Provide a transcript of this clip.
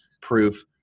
proof